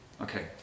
Okay